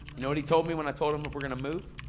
know what he told me when i told him that we're going to move?